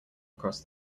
across